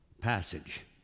Passage